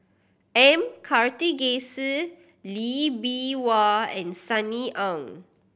M Karthigesu Lee Bee Wah and Sunny Ang